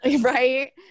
Right